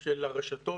של הרשתות